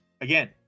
Again